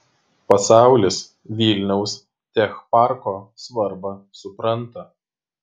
pasaulis vilniaus tech parko svarbą supranta